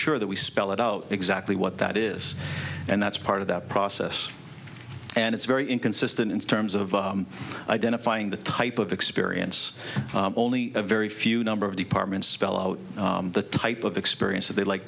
sure that we spell it out exactly what that is and that's part of that process and it's very inconsistent in terms of identifying the type of experience only a very few number of departments spell out the type of experience they like